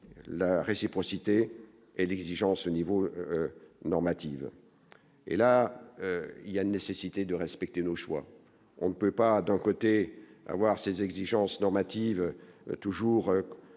la réciprocité et d'exigence au niveau normative et là il y a nécessité de respecter nos choix on ne peut pas d'un côté, avoir ses exigences normatives toujours supérieur